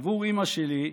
עבור אימא שלי,